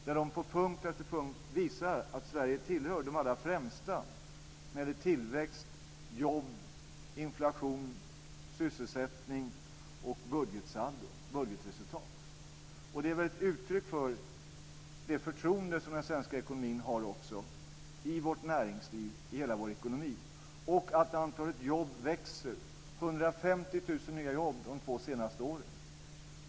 Där visar de på punkt efter punkt att Sverige tillhör de allra främsta när det gäller tillväxt, jobb, inflation, sysselsättning och budgetresultat. Det är väl ett uttryck för det förtroende som den svenska ekonomin har också i vårt näringsliv. Antalet jobb växer. Det har skapats 150 000 nya jobb de två senaste åren.